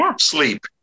sleep